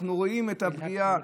אנחנו רואים את הפגיעה.